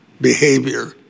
behavior